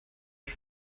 ich